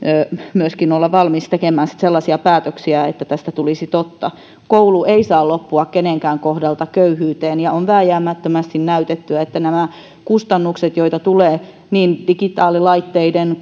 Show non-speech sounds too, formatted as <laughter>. myöskin olla valmis tekemään sitten sellaisia päätöksiä että tästä tulisi totta koulu ei saa loppua kenenkään kohdalta köyhyyteen ja on vääjäämättömästi näytetty että nämä kustannukset joita tulee niin digitaalilaitteiden <unintelligible>